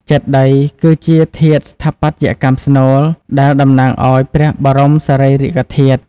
ចេតិយ គឺជាធាតុស្ថាបត្យកម្មស្នូលដែលតំណាងឱ្យព្រះបរមសារីរិកធាតុ។